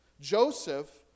Joseph